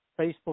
Facebook